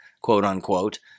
quote-unquote